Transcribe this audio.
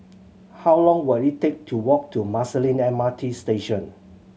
how long will it take to walk to Marsiling M R T Station